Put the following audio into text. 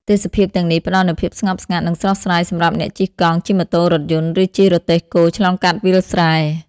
ទេសភាពទាំងនេះ ផ្ដល់នូវភាពស្ងប់ស្ងាត់ និងស្រស់ស្រាយសម្រាប់អ្នកជិះកង់ ជិះម៉ូតូ រថយន្ត ឬជិះរទេះគោឆ្លងកាត់វាលស្រែ។